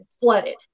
flooded